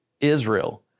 Israel